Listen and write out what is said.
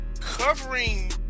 Covering